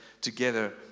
together